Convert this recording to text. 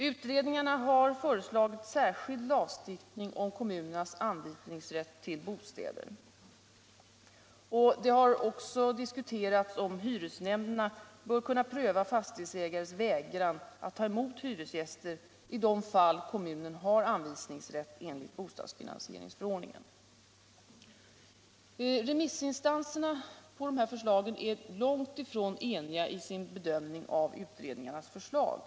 Utredningarna har föreslagit särskild lagstiftning om kommunens anvisningsrätt till bostäder. De har också diskuterat om hyresnämnderna bör kunna pröva fastighetsägares vägran att ta emot hyresgäster i de fall kommunen har anvisningsrätt enligt bostadsfinansieringsförordningen. Remissinstanserna är långt ifrån eniga i sina bedömningar av utredningarnas förslag.